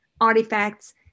artifacts